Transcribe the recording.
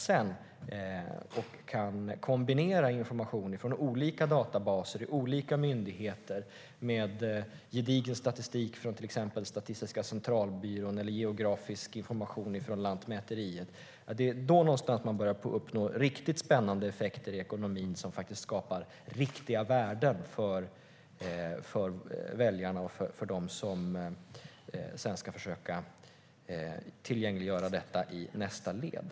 Då kan du kombinera information från olika databaser i olika myndigheter med gedigen statistik från till exempel Statiska centralbyrån eller geografisk information från Lantmäteriet. Det är då man börjar uppnå riktigt spännande effekter i ekonomin som faktiskt skapar riktiga värden för väljarna och för dem som sedan ska försöka tillgängliggöra detta i nästa led.